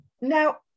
Now